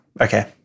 Okay